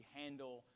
handle